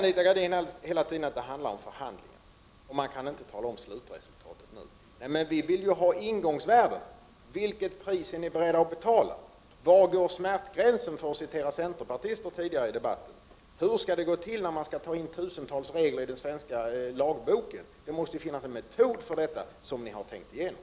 Anita Gradin säger att det hela tiden handlar om förhandlingar, och man kan inte tala om slutresultatet ännu. Nej, men vi vill ju ha ingångsvärdena! Vilket pris är ni beredda att betala? Var går smärtgränsen, för att citera centerpartister tidigare i debatten? Hur skall det gå till när man skall ta in tusentals regler i den svenska lagboken? Det måste ju finnas en metod för detta, som ni har tänkt igenom.